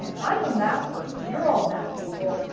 i'm a map person, you're all map people.